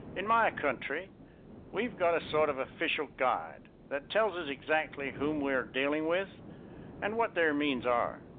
in my country we've got a sort of official guide that tells us exactly whom we are dealing with and what their means are.